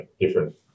different